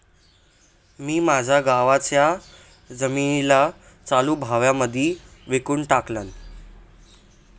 मी माझ्या गावाच्या जमिनीला चालू भावा मध्येच विकून टाकलं